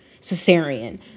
cesarean